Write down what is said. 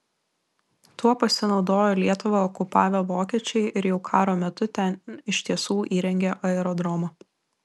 tuo pasinaudojo lietuvą okupavę vokiečiai ir jau karo metu ten iš tiesų įrengė aerodromą